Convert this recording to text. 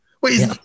Wait